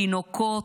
תינוקות,